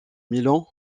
milan